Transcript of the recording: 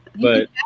but-